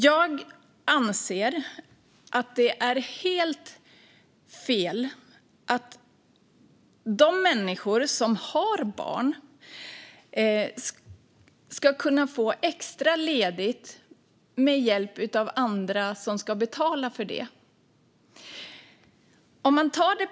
Jag anser att det är helt fel att de människor som har barn ska kunna få extra ledigt med hjälp från andra som ska betala för det.